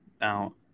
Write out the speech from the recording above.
Now